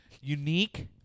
unique